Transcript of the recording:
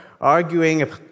arguing